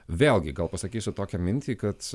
vėlgi gal pasakysiu tokią mintį kad